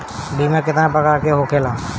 बीमा केतना प्रकार के होखे ला?